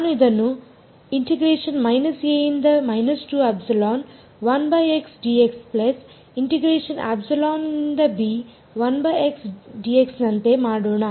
ನಾನು ಇದನ್ನು ನಂತೆ ಮಾಡೋಣ